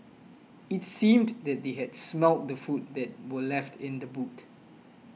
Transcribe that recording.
it seemed that they had smelt the food that were left in the boot